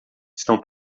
estão